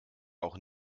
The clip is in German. auch